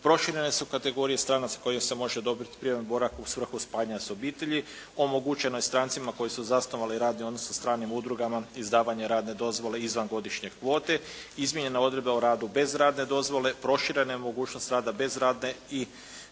proširene su kategorije stranaca koje se može dobiti privremenog boravka u svrhu spajanja s obitelji, omogućeno je strancima koji su zasnovali radni odnos sa stranim udrugama, izdavanje radne dozvole izvan godišnje kvote, izmijenjena je odredba o radu bez radne dozvole, proširena je mogućnost rada bez radne i